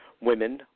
women